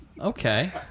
Okay